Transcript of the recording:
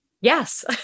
Yes